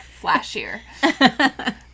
flashier